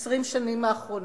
20 השנים האחרונות.